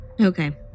Okay